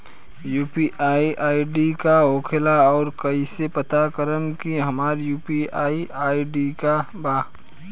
UPI ID का होखेला और कईसे पता करम की हमार यू.पी.आई आई.डी का बा?